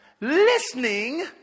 listening